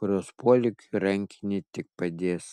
kurios polėkiui rankinė tik padės